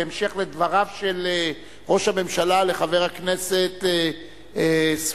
בהמשך לדבריו של ראש הממשלה לחבר הכנסת סוייד.